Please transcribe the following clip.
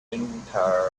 entire